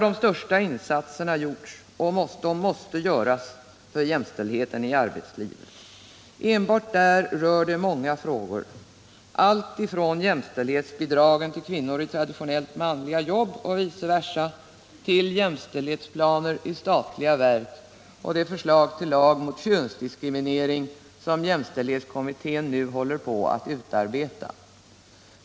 De största insatserna har gjorts och måste göras för jämställdheten i arbetslivet. Enbart inom det området rör det sig om många frågor allt ifrån jämställdhetsbidragen till kvinnor i traditionellt manliga jobb och vice versa till jämställdhetsplaner i statliga verk och det förslag till lag mot könsdiskriminering som jämställdhetskommittén nu håller på att utarbeta.